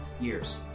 years